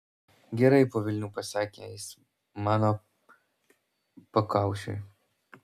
gerai po velnių pasakė jis mano pakaušiui